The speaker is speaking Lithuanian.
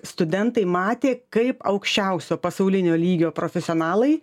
studentai matė kaip aukščiausio pasaulinio lygio profesionalai